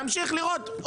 נמשיך לירות.